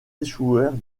échouèrent